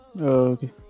okay